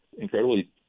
incredibly